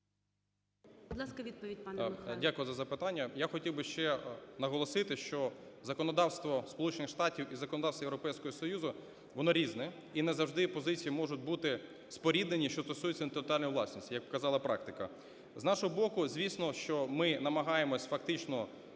Дякую за запитання. Я хотів би ще наголосити, що законодавство Сполучених Штатів і законодавство Європейського Союзу воно різне, і не завжди позиції можуть бути споріднені, що стосується інтелектуальної власності, як показала практика. З нашого боку, звісно, що ми намагаємося фактично